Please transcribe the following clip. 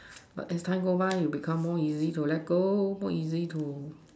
but as time go by you get more easily to let go more easy to